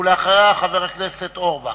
אחריה, חבר הכנסת אורבך.